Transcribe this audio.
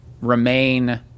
remain